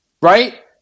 Right